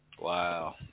Wow